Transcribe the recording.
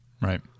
Right